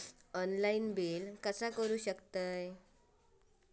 Online bill कसा करु शकतव?